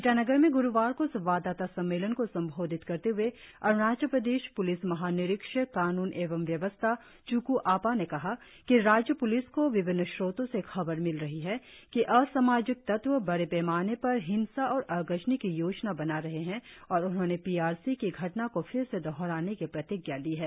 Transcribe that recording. ईटानगर में ग्रुवार को संवाददाता सम्मेलन को संबोधित करते हए अरुणाचल प्रदेश प्लिस महानिरीक्षक कान्न एवं व्यवस्था च्क् आपा ने कहा कि राज्य प्लिस को विभिन्न स्रोतो से खबर मिल रही है कि असामाजिक तत्व बड़े पैमाने पर हिंसा और आगजनी की योजना बना रहे है और उन्होंने पी आर सी की घटना को फिर से दोहराने की प्रतिज्ञा ली है